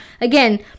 again